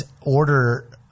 order